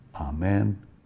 Amen